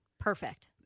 Perfect